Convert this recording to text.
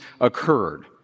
occurred